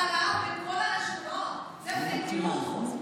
20% העלאה בכל הרשויות זה פייק ניוז?